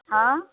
हँ